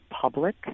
public